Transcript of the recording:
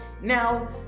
Now